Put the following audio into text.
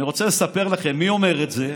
אני רוצה לספר לכם, מי אומר את זה?